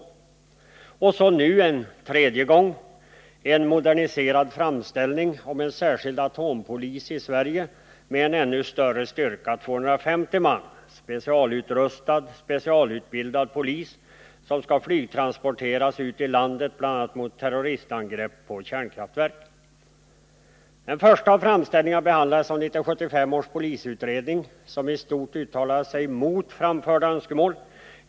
av en specialstyrka Och så nu, en tredje gång, kommer en moderniserad framställning om en — vid Stockholmssärskild atompolis i Sverige, med en ännu större styrka — 250 man specialutrustad, specialutbildad polis — som skall flygtransporteras ut i landet bl.a. mot terroristangrepp på kärnkraftverk. Den första av framställningarna behandlades av 1975 års polisutredning, som i stort uttalade sig mot framförda önskemål.